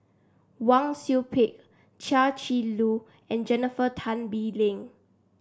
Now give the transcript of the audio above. Wang Sui Pick Chia Shi Lu and Jennifer Tan Bee Leng